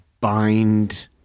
bind